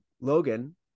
Logan